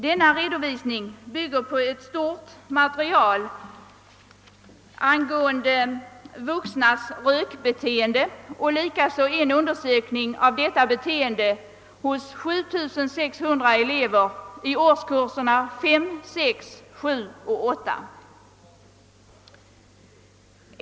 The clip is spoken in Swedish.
Denna redovisning bygger på ett stort material angående vuxnas rökbeteende och även på en undersökning av detta beteende hos 7 600 elever i årskurserna 5, 6, 7 och 8.